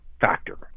factor